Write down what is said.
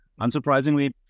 unsurprisingly